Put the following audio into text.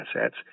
assets